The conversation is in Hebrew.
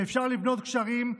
אפשר לבנות גשרים,